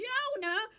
Jonah